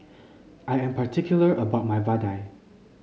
I am particular about my Vadai